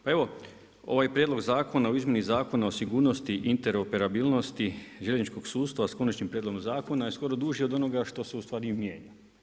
Pa evo ovaj Prijedlog zakona o izmjeni Zakona o sigurnosti i interoperabilnosti željezničkog sustava s Konačnim prijedlogom Zakona je skoro duži od onoga što se ustvari i mijenja.